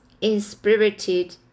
inspirited